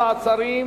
מעצרים)